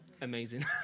amazing